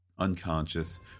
unconscious